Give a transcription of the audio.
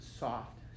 soft